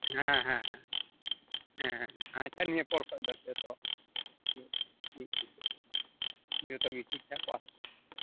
ᱦᱮᱸ ᱦᱮᱸ ᱦᱮᱸ ᱟᱪᱪᱷᱟ ᱱᱤᱭᱟᱹ ᱯᱚᱨᱠᱷᱚᱱ ᱫᱚ ᱡᱚᱛᱚ ᱜᱮ ᱴᱷᱤᱠ ᱴᱷᱟᱠᱚᱜᱼᱟ